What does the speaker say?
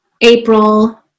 April